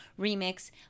remix